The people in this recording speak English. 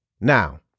Now